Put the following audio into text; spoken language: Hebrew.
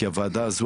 כי הוועדה הזו,